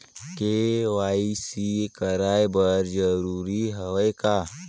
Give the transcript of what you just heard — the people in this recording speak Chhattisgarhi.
के.वाई.सी कराय बर जरूरी हवे का?